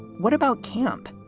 what about camp?